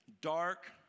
dark